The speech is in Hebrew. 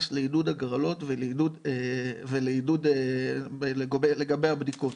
לעידוד הגרלות ולעידוד לגבי הבדיקות.